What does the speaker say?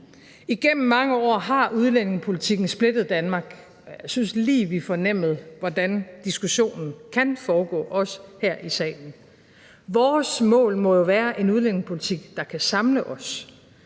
Igennem mange år har udlændingepolitikken splittet Danmark. Jeg synes lige, vi fornemmede, hvordan diskussionen kan foregå også her i salen. Vores mål må jo være en udlændingepolitik, der kan samle os;